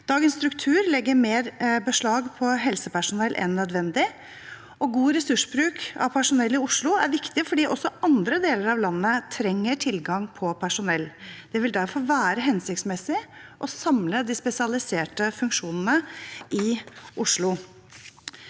Dagens struktur legger mer beslag på helsepersonell enn nødvendig. God ressursbruk av personell i Oslo er viktig fordi også andre deler av landet trenger tilgang på personell. Det vil derfor være hensiktsmessig å samle de spesialiserte funksjonene i Oslo.